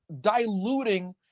diluting